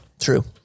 True